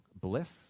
bliss